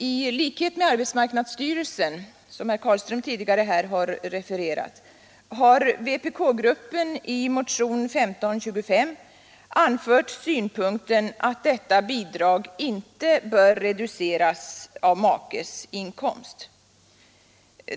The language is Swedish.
I likhet med arbetsmarknadsstyrelsen, som herr Carlström tidigare har refererat här, har vpk-gruppen i motion 1525 anfört synpunkten att detta bidrag inte bör reduceras av makes inkomst.